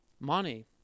Money